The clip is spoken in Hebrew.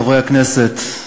חברי הכנסת,